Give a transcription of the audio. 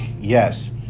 Yes